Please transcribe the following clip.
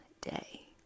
day